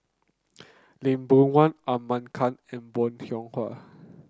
Lee Boon Wang Ahmad Khan and Bong Hiong Hwa